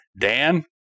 Dan